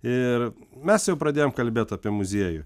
ir mes jau pradėjom kalbėt apie muziejų